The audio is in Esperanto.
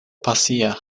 pasia